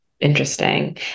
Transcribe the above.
Interesting